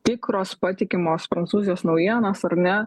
tikros patikimos prancūzijos naujienos ar ne